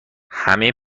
همه